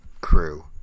crew